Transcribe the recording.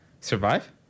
survive